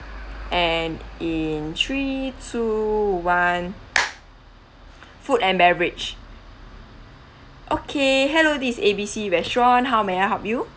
and in three two one food and beverage okay hello this is A B C restaurant how may I help you